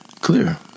Clear